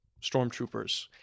stormtroopers